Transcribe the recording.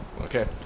Okay